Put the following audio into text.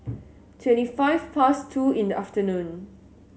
twenty five past two in the afternoon